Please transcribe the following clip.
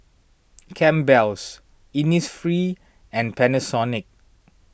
Campbell's Innisfree and Panasonic